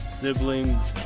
siblings